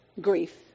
grief